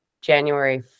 January